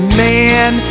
man